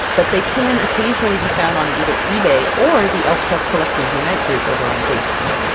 but they can occasionally be found on either ebay or the elfquest collectors unite group over on facebook.